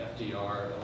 FDR